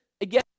again